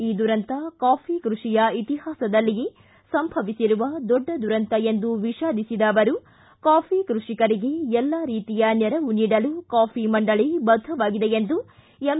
ಈ ದುರಂತ ಕಾಫಿ ಕೃಷಿಯ ಇತಿಹಾಸದಲ್ಲಿಯೇ ಸಂಭವಿಸಿರುವ ದೊಡ್ಡ ದುರಂತ ಎಂದು ವಿಷಾದಿಸಿದ ಅವರು ಕಾಫಿ ಕೃಷಿಕರಿಗೆ ಎಲ್ಲಾ ರೀತಿಯ ನೆರವು ನೀಡಲು ಕಾಫಿ ಮಂಡಳಿ ಬದ್ದವಾಗಿದೆ ಎಂದು ಎಂ